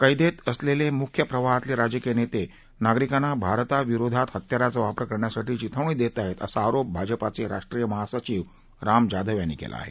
कैदेत असलेले मुख्य प्रवाहातले राजकीय नेते नागरिकांना भारताविरोधात हत्यारांचा वापर करण्यासाठी चिथावणी देत आहेत असा आरोप भाजपाचे राष्ट्रीय महासचिव राम माधव यांनी केला आहे